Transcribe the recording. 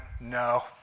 no